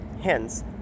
hence